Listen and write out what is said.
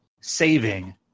saving